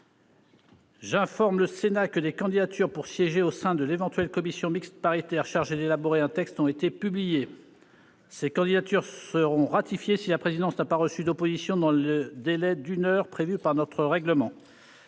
J'informe le Sénat que des candidatures pour siéger au sein de l'éventuelle commission mixte paritaire chargée d'élaborer un texte ont été publiées. Ces candidatures seront ratifiées si la présidence n'a pas reçu d'opposition dans le délai d'une heure prévu par notre règlement.